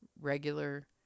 regular